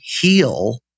heal